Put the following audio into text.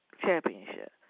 championship